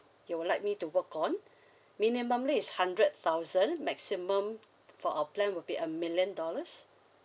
you would like me to work on minimally is hundred thousand maximum for our plan would be a million dollars